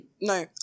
no